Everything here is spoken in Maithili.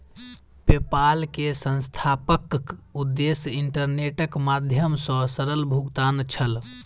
पेपाल के संस्थापकक उद्देश्य इंटरनेटक माध्यम सॅ सरल भुगतान छल